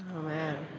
amen.